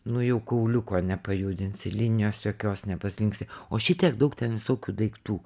nu jau kauliuko nepajudinsi linijos jokios nepaslinksi o šitiek daug ten visokių daiktų